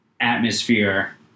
atmosphere